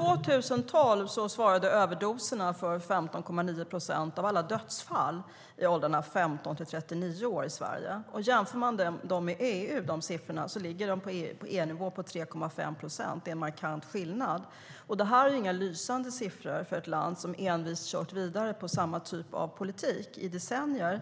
År 2012 svarade överdoserna för 15,9 procent av alla dödsfall i åldrarna 15-39 år i Sverige. På EU-nivå ligger siffran på 3,5 procent. Det är en markant skillnad. Det här är ingen lysande siffra för ett land som envist kört vidare med samma typ av politik i decennier.